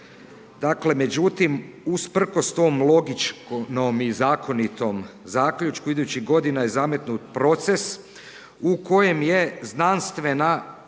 Dakle, međutim, usprkos tom logičnom i zakonitom zaključku idućih godina je zametnut proces u kojem je znanstvena